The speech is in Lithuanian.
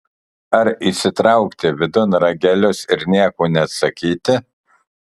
ar įsitraukti vidun ragelius ir nieko neatsakyti